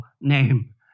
name